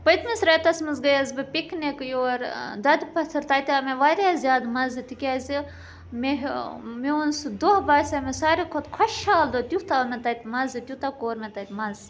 پٔتمِس رٮ۪تَس منٛز گٔیَس بہٕ پِکنِک یور دۄدٕ پَتھر تَتہِ آو مےٚ واریاہ زیادٕ مَزٕ تِکیٛازِ مےٚ میون سُہ دۄہ باسیٚو مےٚ ساروی کھۄتہٕ خۄشحال دۄہ تیُتھ آو مےٚ تَتہِ مَزٕ تیوٗتاہ کوٚر مےٚ تَتہِ مَزٕ